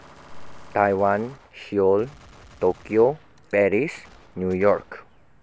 Taiwan Seoul Tokyo Paris New York